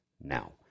now